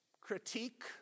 critique